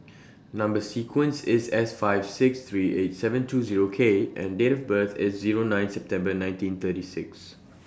Number sequence IS S five six three eight seven two Zero K and Date of birth IS Zero nine September nineteen thirty six